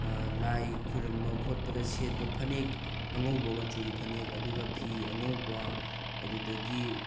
ꯂꯥꯏ ꯈꯣꯏꯔꯝꯕ ꯈꯣꯠꯄꯗ ꯁꯦꯠꯄ ꯐꯅꯦꯛ ꯑꯉꯧꯕ ꯃꯆꯨꯒꯤ ꯐꯅꯦꯛ ꯑꯗꯨꯒ ꯐꯤ ꯑꯉꯧꯕ ꯑꯗꯨꯗꯒꯤ